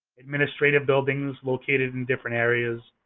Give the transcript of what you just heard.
administrative buildings located in different areas,